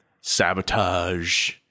sabotage